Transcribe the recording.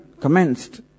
commenced